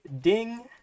Ding